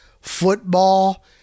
football